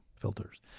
filters